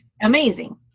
amazing